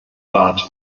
rat